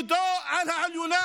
ידו על העליונה,